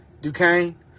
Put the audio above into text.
Duquesne